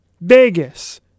Vegas